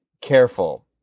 careful